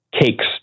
cakes